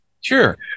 sure